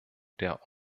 der